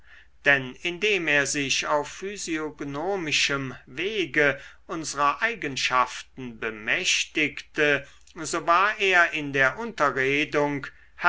denn indem er sich auf physiognomischem wege unsrer eigenschaften bemächtigte so war er in der